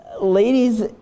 ladies